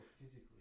physically